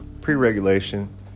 pre-regulation